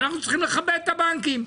ואנחנו צריכים לכבד את הבנקים,